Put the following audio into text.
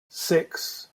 six